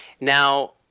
Now